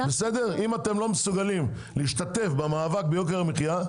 אם אתם לא מסוגלים להשתתף במאבק ביוקר המחיה,